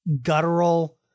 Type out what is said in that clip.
guttural